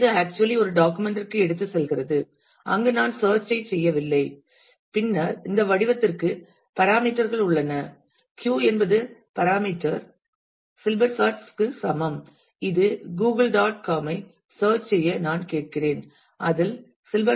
எனவே இது ஆக்சுவலி ஒரு டாக்குமெண்ட் ற்கு எடுத்துச் செல்கிறது அங்கு நான் சேர்ச் ஐ செய்யச் சொல்கிறேன் பின்னர் இந்த வடிவத்திற்கு பாராமீட்டர் கள் உள்ளன q என்பது பாராமீட்டர் சில்பர்ஸ்காட்ஸுக்கு சமம் இது கூகிள் டாட் காமைத் சேர்ச் செய்ய நான் கேட்கிறேன் அதில் சில்பர்ஸ்காட்ஸ் உள்ள கன்டென்ட் கள் உள்ளன